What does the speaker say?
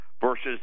versus